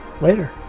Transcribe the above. later